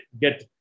get